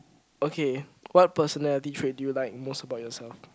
okay what personality trait do you like most about yourself